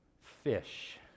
fish